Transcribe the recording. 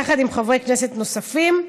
יחד עם חברי כנסת נוספים.